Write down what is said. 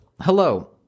Hello